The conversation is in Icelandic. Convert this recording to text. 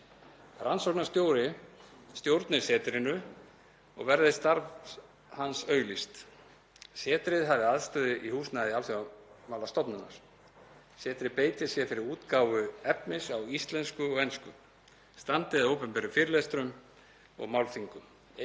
Rannsóknarstjóri stjórni setrinu og verði starf hans auglýst. Setrið hafi aðstöðu í húsnæði Alþjóðamálastofnunar. Setrið beiti sér fyrir útgáfu efnis á íslensku og ensku, standi að opinberum fyrirlestrum og málþingum,